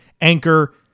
anchor